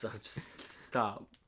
Stop